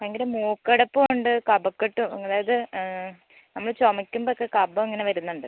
ഭയങ്കര മൂക്കടപ്പും ഉണ്ട് കഫക്കെട്ടും അതായത് നമ്മൾ ചുമയ്ക്കുമ്പം ഒക്കെ കഫം ഇങ്ങനെ വരുന്നുണ്ട്